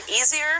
easier